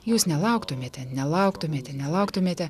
jūs nelauktumėte nelauktumėte nelauktumėte